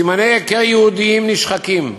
סימני היכר יהודיים נשחקים.